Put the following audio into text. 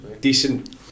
decent